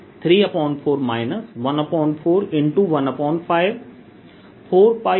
4πR3 3Q के बराबर है